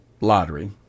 lottery